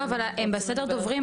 לא, אבל הם בסדר הדוברים.